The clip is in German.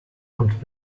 und